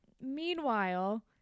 meanwhile